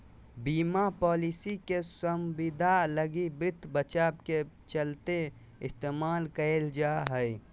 बीमा पालिसी के संविदा लगी वित्त बचाव के चलते इस्तेमाल कईल जा हइ